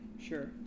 Sure